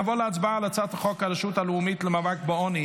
נעבור להצבעה על הצעת החוק הרשות הלאומית למאבק בעוני,